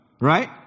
right